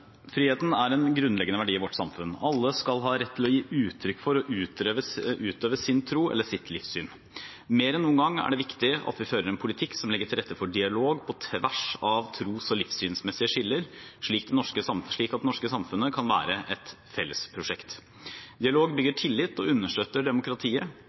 eller sitt livssyn. Mer enn noen gang er det viktig at vi fører en politikk som legger til rette for dialog på tvers av tros- og livssynsmessige skiller, slik at det norske samfunnet kan være et fellesprosjekt. Dialog bygger tillit og understøtter demokratiet